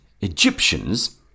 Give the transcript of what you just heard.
Egyptians